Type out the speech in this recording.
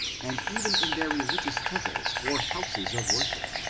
and even in their religious temples or houses of worship,